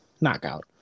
knockout